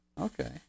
Okay